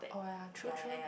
oh yeah true true